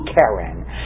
Karen